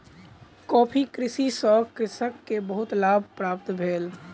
coffee कृषि सॅ कृषक के बहुत लाभ प्राप्त भेल